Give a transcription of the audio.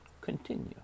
continue